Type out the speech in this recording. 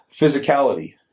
physicality